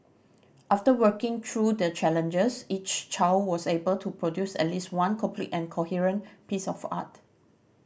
after working through the challenges each child was able to produce at least one complete and coherent piece of art